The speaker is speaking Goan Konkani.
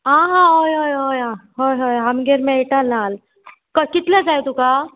आं हां हय हय हय आं हय हय आमगेर मेळटा नाल क कितले जाय तुका